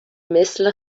مثل